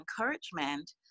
encouragement